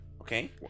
Okay